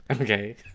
Okay